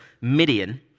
Midian